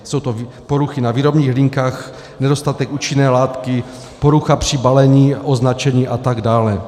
Jsou to poruchy na výrobních linkách, nedostatek účinné látky, porucha při balení, označení atd.